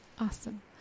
Awesome